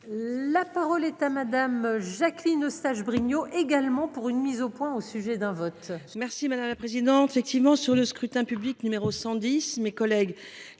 La parole est à Madame, Jacqueline Eustache-Brinio également pour une mise au point, au sujet d'un vote. Merci madame la présidente, effectivement sur le scrutin public numéro 110, mes collègues